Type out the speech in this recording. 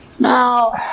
Now